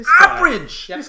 Average